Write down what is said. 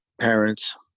parents